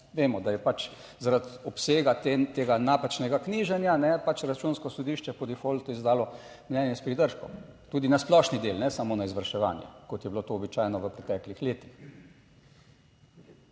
Vemo, da je pač zaradi obsega tega napačnega knjiženja, je pač Računsko sodišče po »defaultu« izdalo mnenje s pridržkom, tudi na splošni del, ne samo na izvrševanje kot je bilo to običajno v preteklih letih.